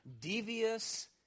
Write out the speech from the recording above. devious